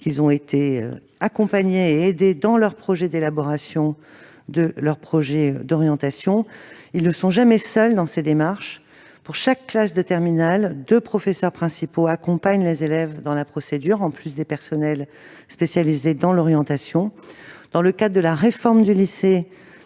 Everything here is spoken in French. qu'ils ont été accompagnés et aidés dans leur projet d'orientation. Ils ne sont jamais laissés seuls dans ces démarches : pour chaque classe de terminale, deux professeurs principaux accompagnent les élèves dans la procédure, en plus des personnels spécialisés dans l'orientation. Dans le cadre de la réforme du lycée,